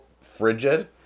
frigid